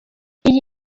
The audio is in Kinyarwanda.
iyi